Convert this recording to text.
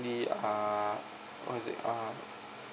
ly uh what is it uh